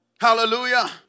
Hallelujah